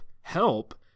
help